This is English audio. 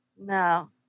No